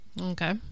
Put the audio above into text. okay